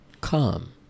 Come